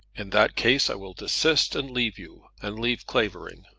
in that case i will desist and leave you and leave clavering.